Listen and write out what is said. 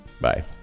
Bye